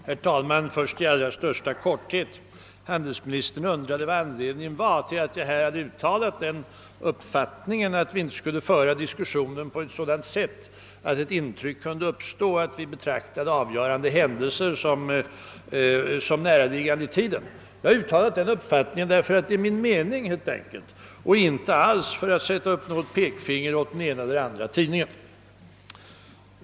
Herr talman! Handelsministern undrade vad som var anledningen till att jag uttalat uppfattningen, att vi inte skulle föra diskussionen på ett sådant sätt att det intrycket kunde uppstå, att vi betraktade avgörande händelser som näraliggande i tiden. Jag vill Belt kort svara att jag uttalade den uppfaitningen därför att detta är min mening; det var inte alls för att sätta upp något pekfinger för den ena eller den andra tidningen.